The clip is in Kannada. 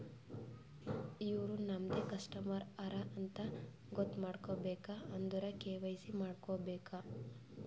ಇವ್ರು ನಮ್ದೆ ಕಸ್ಟಮರ್ ಹರಾ ಅಂತ್ ಗೊತ್ತ ಮಾಡ್ಕೋಬೇಕ್ ಅಂದುರ್ ಕೆ.ವೈ.ಸಿ ಮಾಡ್ಕೋಬೇಕ್